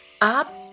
Up